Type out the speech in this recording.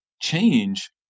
change